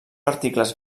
articles